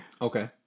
Okay